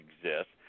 exist